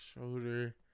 Shoulder